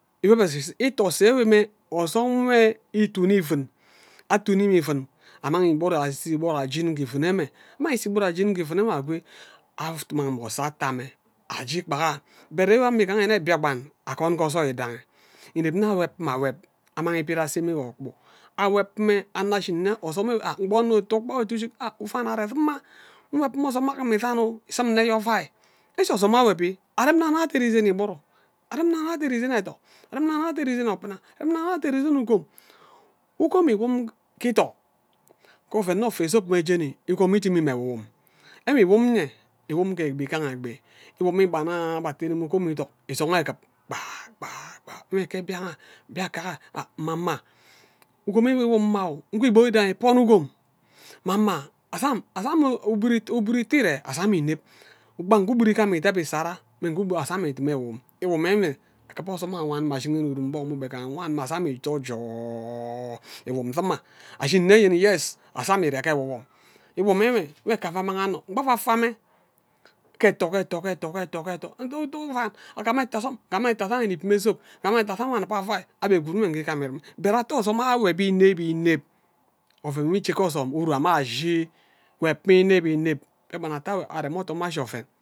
Iwobhe shishina ita ose enwe ita ose enwe mme oze nwo itun ivun atuni mme ivun amang igburu ase igburu agim mme ivun emme amang ise igburu ajin ke ivun eme amang ise igburu ijim ke ivun eme akwe amang ama ose ata mme aje ikpaga ayo but ume ewe mbiakpan akwon ke ozai idangi ineb nne awob mme awob amang ibid ase mme ke ogbu awob mme anno shin nne ozom enwe gbo onno itu shik nna arnung aren nna awob mme ozom agim izam nsim nne ayo ovai ije ozom awob arem nnang anang atheresen ke igburu arem nnang anang atheresen ethok arem nnang annag atheresen obuna arem nnang anang atheresen ugom ugom iwom ke idok ke oven nne ofe zob mme jeni ugom idim mma ewob enwe iwom iye ivum ke egbi igaha egbi iwomi kpai nna abe atene mme ugom ethok isong ekib mme nge mbian mbiaka mama ugom ewe iwum mma igbon idayi kpon ugom mama azam azam ugbud ite ire azam ineb gba nge ugbud igam ideb isara mme nge azam ijage ize aka akiba ozom anyo awan mme ajikene urum gbok mme ugbegem azam ito iwum dina ashini nne yene yes azam ire ke ewuwom iwum enwe mme kime ava annang amo ngba ava afa mme ke etho ke etho ke etho ke etho ke etho ngim ntu tun vai agam etho ozam enib mme zob ngam etho azam enib mme avai ambe gwud mme ke igam ireme but ate ozom awobi ineb ineb oven nwo ije ke ozom uru amme ashi wob mme ineb ineb mbiakpan ate arem odom ashi oven